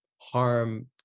harm